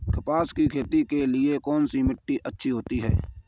कपास की खेती के लिए कौन सी मिट्टी अच्छी होती है?